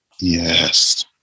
Yes